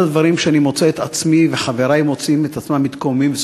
אחד הדברים שאני מוצא את עצמי וחברי מוצאים את עצמם מתקוממים עליהם,